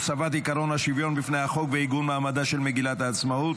הוספת עקרון השוויון בפני החוק ועיגון מעמדה של מגילת העצמאות),